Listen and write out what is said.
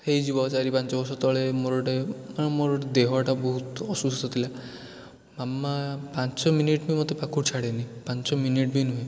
ହେଇଯିବ ଚାରି ପାଞ୍ଚ ବର୍ଷ ତଳେ ମୋର ଗୋଟେ ମୋର ଦେହଟା ବହୁତ ଅସୁସ୍ଥ ଥିଲା ମାମା ପାଞ୍ଚ ମିନିଟ୍ ପାଇଁ ମୋତେ ପାଖରୁ ଛାଡ଼େନି ପାଞ୍ଚ ମିନିଟ୍ ବି ନୁହେଁ